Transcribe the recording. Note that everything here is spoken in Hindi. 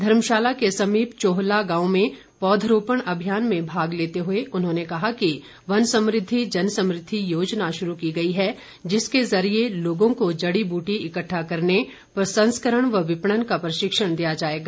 धर्मशाला के समीप चोहला गांव में पौधरोपण अभियान में भाग लेते हुए उन्होंने कहा कि वन समृद्धि जनसमृद्धि योजना शुरू की गई है जिसके जरिये लोगों को जड़ी बूटी इक्टठा करने प्रसंस्करण व विपणन का प्रशिक्षण दिया जाएगा